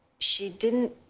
she didn't